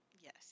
yes